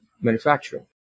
manufacturing